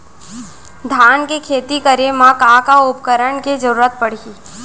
धान के खेती करे मा का का उपकरण के जरूरत पड़हि?